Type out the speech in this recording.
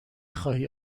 خواهی